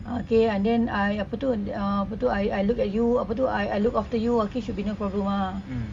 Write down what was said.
uh okay and then I apa tu uh apa tu I I look at you apa tu I I look after you okay should be no problem ah